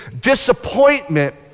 disappointment